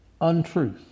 untruth